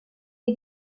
est